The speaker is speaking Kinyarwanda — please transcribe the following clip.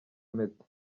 impeta